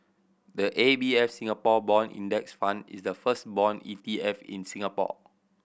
the A B F Singapore Bond Index Fund is the first bond E T F in Singapore